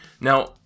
Now